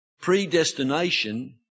predestination